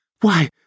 Why